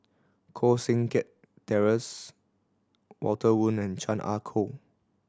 Koh Seng Kiat Terence Walter Woon and Chan Ah Kow